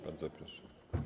Bardzo proszę.